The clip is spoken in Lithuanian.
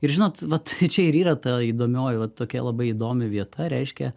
ir žinot vat čia ir yra ta įdomioji vat tokia labai įdomi vieta reiškia